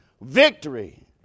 victory